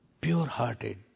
pure-hearted